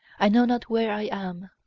i know not where i am,